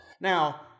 Now